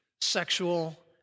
sexual